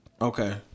okay